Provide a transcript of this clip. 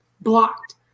blocked